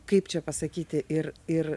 kaip čia pasakyti ir ir